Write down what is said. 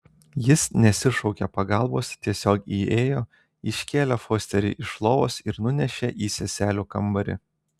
jis nesišaukė pagalbos tiesiog įėjo iškėlė fosterį iš lovos ir nunešė į seselių kambarį